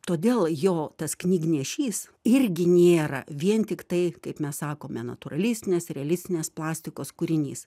todėl jo tas knygnešys irgi nėra vien tiktai kaip mes sakome natūralistinės realistinės plastikos kūrinys